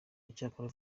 icyakora